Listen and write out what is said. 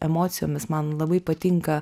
emocijomis man labai patinka